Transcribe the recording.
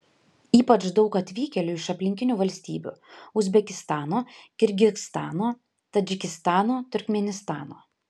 ypač daug atvykėlių iš aplinkinių valstybių uzbekistano kirgizstano tadžikistano turkmėnistano